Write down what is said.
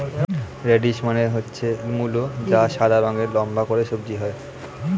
radish মানে হচ্ছে মূলো যা সাদা রঙের লম্বা করে সবজি হয়